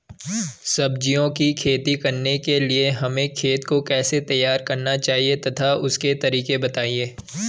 सब्जियों की खेती करने के लिए हमें खेत को कैसे तैयार करना चाहिए तथा उसके तरीके बताएं?